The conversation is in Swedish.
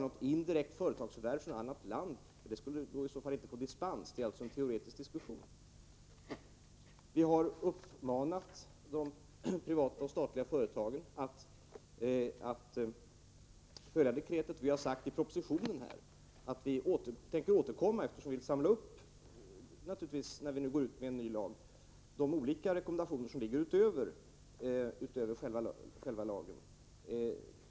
Ett indirekt förfarande, genom förvärv av ett utländskt företag, skulle inte få dispens, så det är en rent teoretisk diskussion. Vi har uppmanat de privata och statliga företagen att följa dekretet. Vi har också sagt i propositionen att när vi nu inför en ny lag, vill vi samla upp de olika rekommendationer som finns utöver själva lagen.